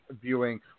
viewing